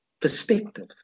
perspective